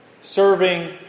serving